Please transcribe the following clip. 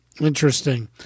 Interesting